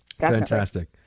Fantastic